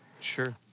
Sure